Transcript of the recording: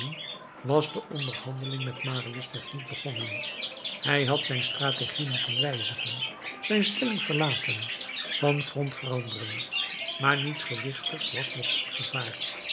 was de onderhandeling met marius nog niet begonnen hij had zijn strategie moeten wijzigen zijn stelling verlaten van front veranderen maar niets gewichtigs was nog in gevaar